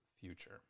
future